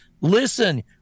Listen